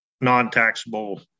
non-taxable